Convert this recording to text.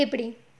எப்படி:eppadi